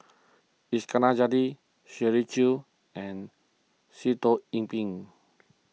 Iskandar Jalil Shirley Chew and Sitoh Yih Pin